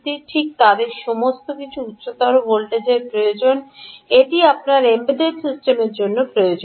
ঠিক তাদের সমস্ত কিছুটা উচ্চতর ভোল্টেজের প্রয়োজন এটি আপনার এম্বেডড সিস্টেমের জন্য প্রয়োজনীয়